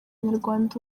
munyarwanda